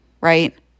Right